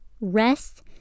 Rest